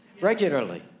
regularly